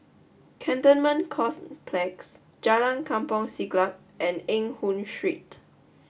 Cantonment Complex Jalan Kampong Siglap and Eng Hoon Street